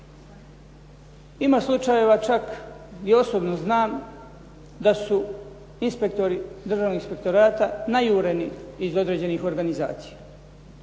ima slučajeva čak i osobno znam, da su inspektori Državnog inspektorata najureni iz određenih organizacija.